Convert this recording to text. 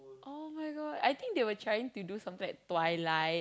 [oh]-my-God I think they were trying to do something like twilight